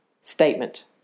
statement